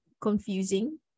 confusing